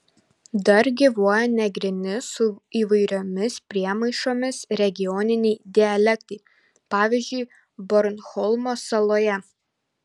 dar gyvuoja negryni su įvairiomis priemaišomis regioniniai dialektai pavyzdžiui bornholmo saloje